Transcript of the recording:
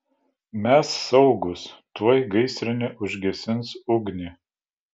mes saugūs tuoj gaisrinė užgesins ugnį